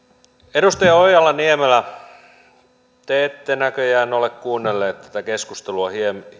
edustaja ojala niemelä te ette näköjään ole kuunnellut tätä keskustelua